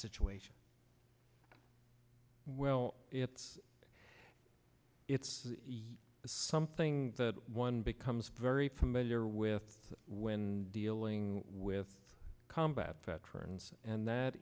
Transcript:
situation well it's it's something that one becomes very familiar with when dealing with combat veterans and that